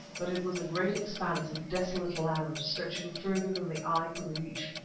but it was a great expanse of desolate land, stretching further than the eye could reach,